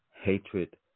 Hatred